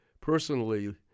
personally